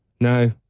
No